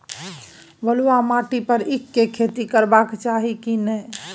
बलुआ माटी पर ईख के खेती करबा चाही की नय?